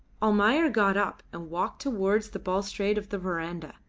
almayer got up and walked towards the balustrade of the verandah.